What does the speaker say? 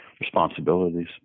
responsibilities